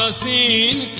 so seen